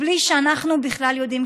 בלי שאנחנו בכלל יודעים.